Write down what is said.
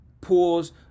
Pools